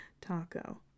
Taco